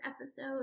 episode